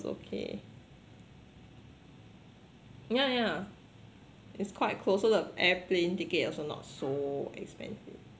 okay yeah yeah it's quite close so the airplane ticket also not so expensive